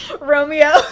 Romeo